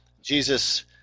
jesus